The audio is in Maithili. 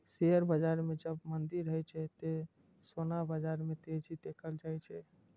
शेयर बाजार मे जब मंदी रहै छै, ते सोना बाजार मे तेजी देखल जाए छै